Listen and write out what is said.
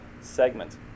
segment